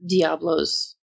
Diablo's